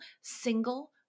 single